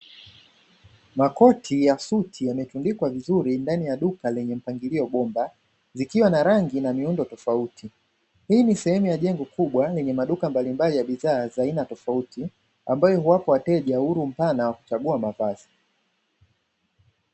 Makoti ya suti yametundikwa vizuri ndani ya duka lenye mpangilio bomba; zikiwa na rangi na miundo tofauti, hii ni sehemu ya jengo kubwa lenye maduka mbalimbali ya bidhaa za aina tofauti; ambayo huwapa wateja uhuru mpana wa kuchagua mavazi.